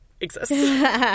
exists